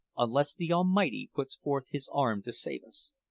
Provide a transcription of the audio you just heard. unless the almighty puts forth his arm to save us.